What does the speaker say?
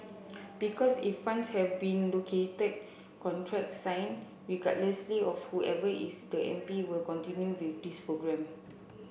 because if funds have been located contracts signed regardless of whoever is the M P will continue with this programme